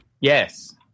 Yes